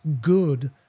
good